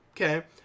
Okay